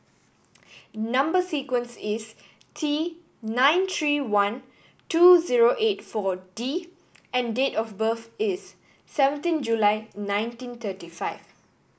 number sequence is T nine three one two zero eight Four D and date of birth is seventeen July nineteen thirty five